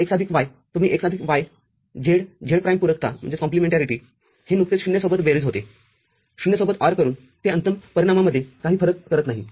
तर x आदिक yतुम्ही x आदिक y z z प्राईम पूरकताहे नुकतेच ० सोबत बेरीज होते० सोबत ORकरूनते अंतिम परिणामामध्ये काही फरक करत नाही